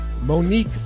Monique